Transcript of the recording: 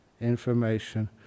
information